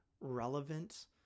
relevant